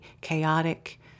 chaotic